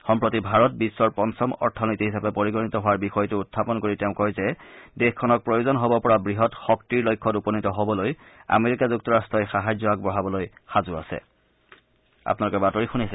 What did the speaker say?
সম্প্ৰতি ভাৰত বিশ্বৰ পঞ্চম অথনীতি হিচাপে পৰিগণিত হোৱাৰ বিষয়টো উখাপন কৰি তেওঁ কয় যে দেশখনক প্ৰয়োজন হ'ব পৰা বৃহৎ শক্তিৰ লক্ষ্যত উপনীত হ'বলৈ আমেৰিকা যুক্তৰাষ্ট্ৰই সাহায্য আগবঢ়াবলৈ সাজু আছে